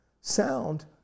Sound